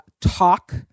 talk